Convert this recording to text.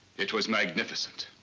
it was magnificent.